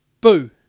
Boo